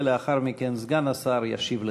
ולאחר מכן סגן השר ישיב לכולם.